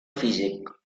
físic